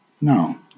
no